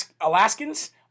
Alaskans